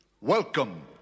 Welcome